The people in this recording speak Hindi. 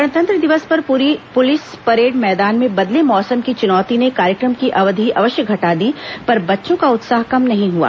गणतंत्र दिवस पर पुलिस परेड मैदान में बदले मौसम की चुनौती ने कार्यक्रम की अवधि अवश्य घटा दी पर बच्चों का उत्साह कम नहीं हुआ